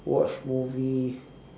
watch movie